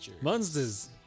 Monsters